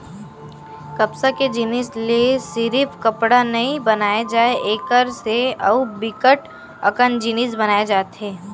कपसा के जिनसि ले सिरिफ कपड़ा नइ बनाए जाए एकर से अउ बिकट अकन जिनिस बनाए जाथे